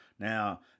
Now